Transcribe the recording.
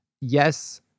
yes